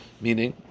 meaning